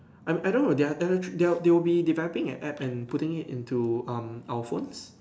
I mean I don't know they are act~ they are they would be developing an app and putting it into um our phones